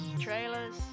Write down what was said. trailers